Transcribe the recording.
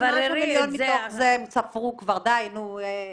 --- מתוך זה הם ספרו כבר, דיי, נו,